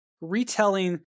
retelling